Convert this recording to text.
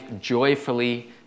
joyfully